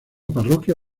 parroquia